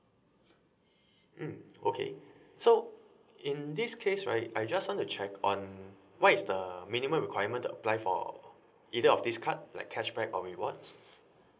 mm okay so in this case right I just wanna check on what is the minimum requirement to apply for either of this card the cashback or rewards